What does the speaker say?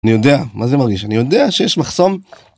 אני יודע. מה זה מרגיש? אני יודע שיש מחסום,